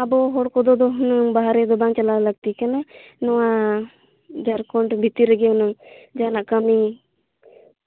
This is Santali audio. ᱟᱫᱚ ᱦᱚᱲ ᱠᱚᱫᱚ ᱫᱚ ᱦᱩᱱᱟᱹᱝ ᱵᱟᱨᱦᱮ ᱫᱚ ᱵᱟᱝ ᱪᱟᱞᱟᱣ ᱞᱟᱹᱠᱛᱤ ᱠᱟᱱᱟ ᱱᱚᱣᱟ ᱡᱷᱟᱲᱠᱷᱚᱸᱰ ᱵᱷᱤᱛᱤᱨ ᱨᱮᱜᱮ ᱦᱩᱱᱟᱹᱝ ᱡᱟᱦᱟᱸ ᱱᱟᱜ ᱠᱟᱹᱢᱤ